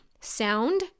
sound